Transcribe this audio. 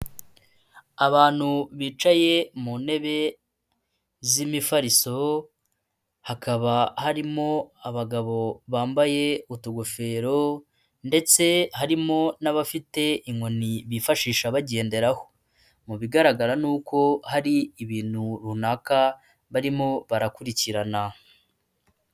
Abantu bicaye mu ntebe z'imifariso hakaba harimo abagabo bambaye utugofero, ndetse harimo n'abafite inkoni bifashisha bagenderaho, mu bigaragara ni uko hari ibintu runaka barimo barakurikirana.